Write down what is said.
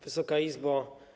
Wysoka Izbo!